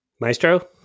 Maestro